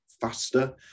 faster